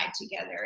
together